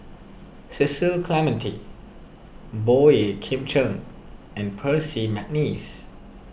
Cecil Clementi Boey Kim Cheng and Percy McNeice